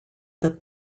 that